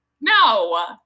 no